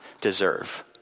deserve